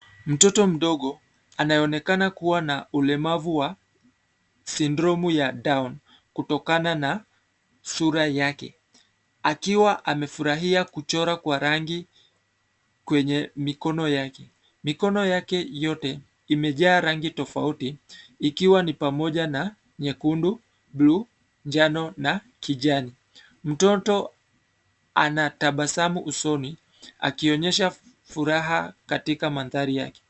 Mtoto mdogo, anayeonekana kuwa na ulemavu wa syndrome ya down kutokana na sura yake, akiwa amefurahia kuchora kwa rangi kwenye mikono yake. Mikono yake yote imejaa rangi tofauti, ikiwa ni pamoja na nyekundu, bluu, njano na kijani. Mtoto anatabasamu usoni, akionyesha furaha katika mandhari yake.